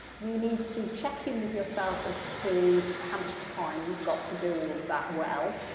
you need to check in with yourself as to how much time you've got to do all of that well.